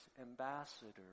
ambassador